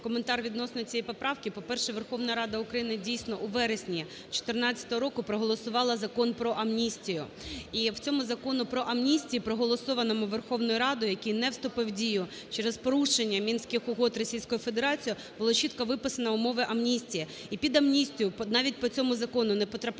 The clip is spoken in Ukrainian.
коментар відносно цієї поправки. По-перше, Верховна Рада України дійсно у вересні 14 року проголосувала Закон про амністію. І в цьому Законі про амністію, проголосованому Верховною Радою, який не вступив в дію через порушення Мінських угод Російською Федерацією, було чітко виписано умови амністії. І під амністію навіть по цьому закону не потрапляв